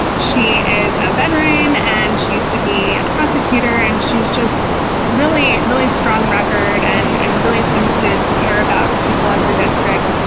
she is a veteran and she used to be a prosecutor, and she's just really, really strong record record and and really seems to to care about the people in her district,